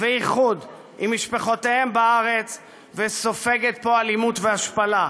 ואיחוד משפחות בארץ וסופגת פה אלימות והשפלה,